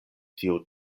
tio